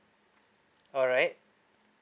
alright